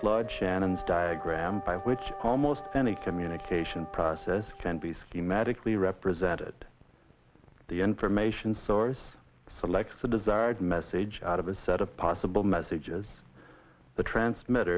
is shannon's diagram by which almost any communication process can be schematically represented the information source selects the desired message out of a set of possible messages the transmit